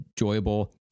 enjoyable